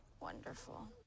Wonderful